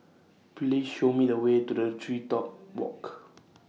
Please Show Me The Way to The Tree Top Walk